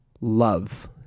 love